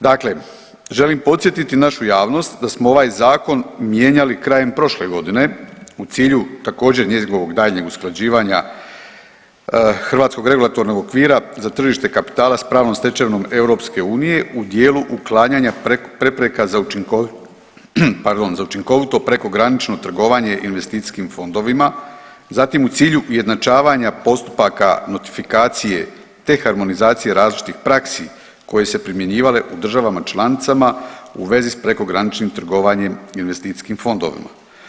Dakle, želim podsjetiti našu javnost da smo ovaj zakon mijenjali krajem prošle godine u cilju također njegovog daljnjeg usklađivanja hrvatskog regulatornog okvira za tržište kapitala s pravnom stečevinom EU u dijelu uklanjanja prepreka za učinkovito prekogranično trgovanje investicijskim fondovima, zatim u cilju ujednačavanja postupaka notifikacije te harmonizacije različitih praksi koje su se primjenjivale u državama članicama u vezi s prekograničnim trgovanjem investicijskim fondovima.